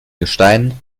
gesteinen